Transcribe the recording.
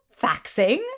Faxing